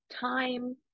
time